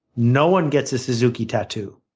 no one gets a suzuki tattoo.